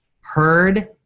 heard